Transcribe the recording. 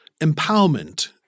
empowerment